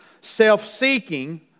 self-seeking